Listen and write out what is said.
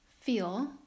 feel